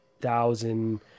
thousand